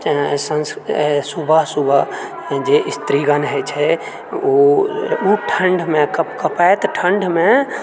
सान्स सुबह सुबह जे स्त्रीगण होइत छै ओ ठण्डमे कपकपाइत ठण्डमे